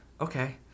Okay